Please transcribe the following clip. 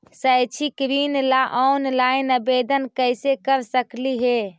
शैक्षिक ऋण ला ऑनलाइन आवेदन कैसे कर सकली हे?